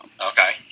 okay